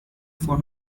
for